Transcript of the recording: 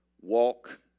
walk